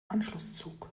anschlusszug